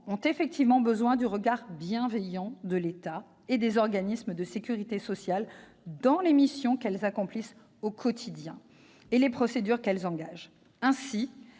ont effectivement besoin du regard bienveillant de l'État et des organismes de sécurité sociale dans les missions qu'ils accomplissent au quotidien et dans le cadre des procédures qu'ils engagent. Ainsi,